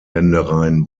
ländereien